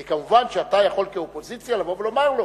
כמובן, אתה יכול כאופוזיציה לבוא ולומר לו,